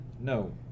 No